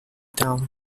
down